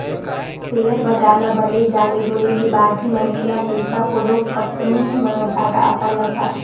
share बजार ल बने जाने गुने के बाद ही मनखे ल पइसा कोनो कंपनी म जादा असन लगवाय